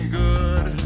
good